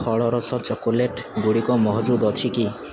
ଫଳରସ ଚକୋଲେଟଗୁଡ଼ିକ ମହଜୁଦ ଅଛି କି